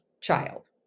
child